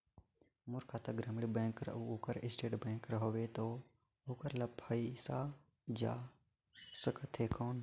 मोर खाता ग्रामीण बैंक कर अउ ओकर स्टेट बैंक कर हावेय तो ओकर ला पइसा जा सकत हे कौन?